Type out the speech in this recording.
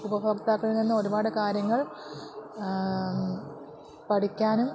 ഉപഭോക്താക്കളിൽനിന്ന് ഒരുപാട് കാര്യങ്ങൾ പഠിക്കാനും